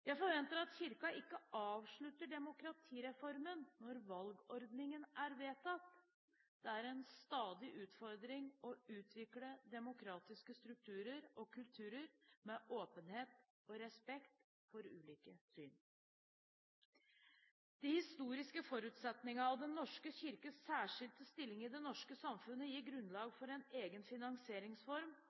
Jeg forventer at Kirken ikke avslutter demokratireformen når valgordningen er vedtatt. Det er en stadig utfordring å utvikle demokratiske strukturer og kulturer med åpenhet og respekt for ulike syn. De historiske forutsetningene og Den norske kirkes særskilte stilling i det norske samfunnet gir grunnlag for en egen finansieringsform